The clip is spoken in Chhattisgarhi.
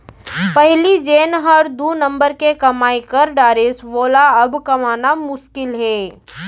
पहिली जेन हर दू नंबर के कमाई कर डारिस वोला अब कमाना मुसकिल हे